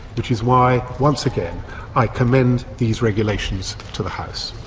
which is why once again i commend these regulations to the house.